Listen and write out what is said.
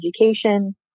education